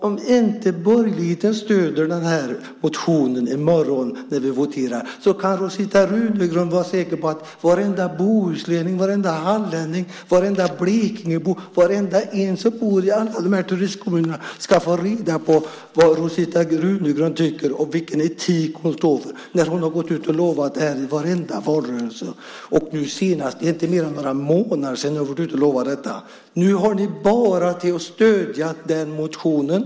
Om inte borgerligheten stöder motionen i morgon vid voteringen kan Rosita Runegrund vara säker på att varenda bohuslänning, varenda hallänning, varenda Blekingebo, varenda en som bor i alla dessa turistkommuner ska få reda på vad Rosita Runegrund tycker och vilken etik hon står för. Hon har lovat detta i varenda valrörelse. Nu senast var det inte mer än ett par månader sedan hon lovade detta. Nu har ni bara att stödja motionen.